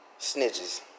snitches